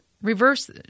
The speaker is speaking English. reverse